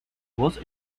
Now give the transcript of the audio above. voz